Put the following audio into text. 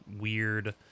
weird